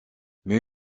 mais